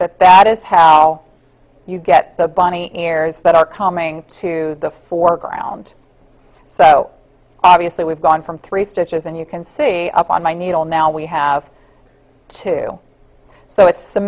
that that is how you get the bunny ears that are coming to the foreground so obviously we've gone from three stitches and you can see up on my needle now we have two so it's the